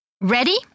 Ready